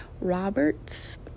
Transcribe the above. Roberts